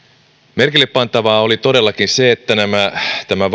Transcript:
merkille pantavaa oli todellakin se että tämä